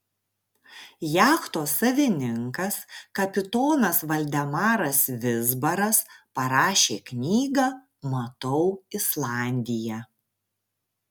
jachtos savininkas kapitonas valdemaras vizbaras parašė knygą matau islandiją